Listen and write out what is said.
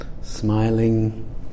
smiling